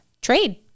trade